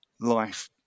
life